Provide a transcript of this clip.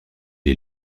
est